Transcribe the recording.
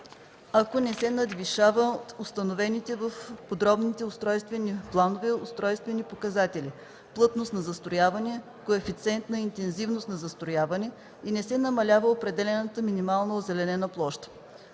ако не се надвишават установените в подробните устройствени планове устройствени показатели – плътност на застрояване, коефициент на интензивност на застрояване, и не се намалява определената минимална озеленена площ.